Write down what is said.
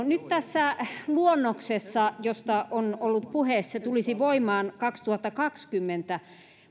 nyt tässä luonnoksessa josta on ollut puhe se tulisi voimaan kaksituhattakaksikymmentä